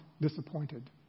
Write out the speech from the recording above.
disappointed